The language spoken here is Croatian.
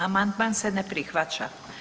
Amandman se ne prihvaća.